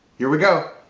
here we go.